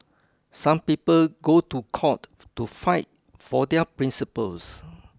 some people go to court to fight for their principles